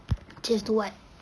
cheers to what